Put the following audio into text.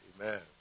amen